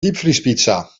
diepvriespizza